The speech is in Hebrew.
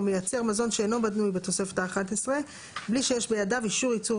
או מייצר מזון שאינו מנוי בתוספת האחת עשרה בלי שיש בידיו אישור ייצור